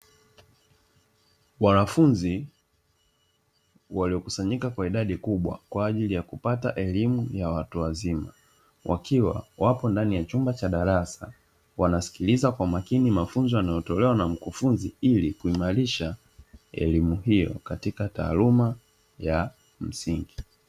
Wanafunzi waliokusanyika kwa idadi kubwa kwa ajili ya kupata elimu ya watu wazima, wakiwa wapo ndani ya chumba cha darasa, wanasikiliza kwa makini mafunzo yanayotolewa na mkufunzi ili kuimarisha elimu hiyo katika taaluma ya msingi.